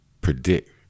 predict